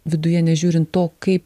viduje nežiūrint to kaip